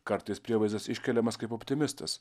kartais prievaizdas iškeliamas kaip optimistas